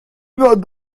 not